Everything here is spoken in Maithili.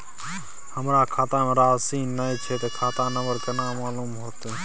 हमरा खाता में राशि ने छै ते खाता नंबर केना मालूम होते?